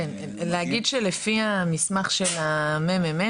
אני רק אגיד שלפי המסמך של המ.מ.מ,